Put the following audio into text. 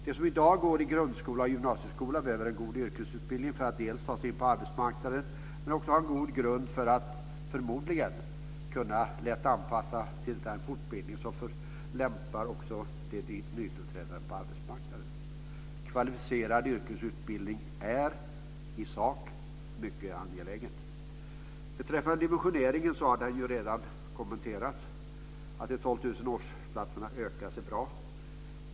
De som i dag går i grundskola och gymnasieskola behöver en god yrkesutbildning för att dels ta sig in på arbetsmarknaden, dels ha en god grund för att - förmodligen - kunna anpassa sig till den fortbildning som också lämpar sig för de nytillträdande på arbetsmarknaden. Kvalificerad yrkesutbildning är i sak mycket angelägen. Beträffande dimensioneringen har den redan kommenterats. Att de 12 000 årsplatserna utökas är bra.